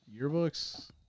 yearbooks